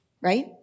right